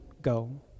go